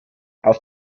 auf